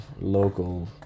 local